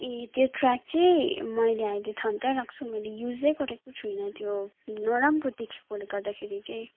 ए त्यो ट्र्याक चाहिँ मैले अहिले थन्काइराखेको छु मैले युजै गरेको छुइनँ त्यो नराम्रो देखेकोले गर्दाखेरि चाहिँ